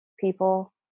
people